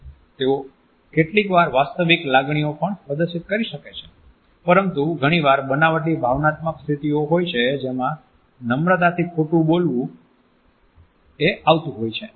તેઓ કેટલીકવાર વાસ્તવિક લાગણીઓ પણ પ્રદર્શિત કરી શકે છે પરંતુ ઘણીવાર બનાવટી ભાવનાત્મક સ્થિતિઓ હોય છે જેમાં નમ્રતાથી ખોટું બોલવા આવતું હોય છે